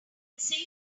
insane